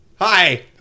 Hi